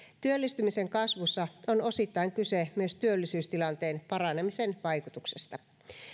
työllistymisen kasvussa on osittain kyse myös työllisyystilanteen paranemisen vaikutuksesta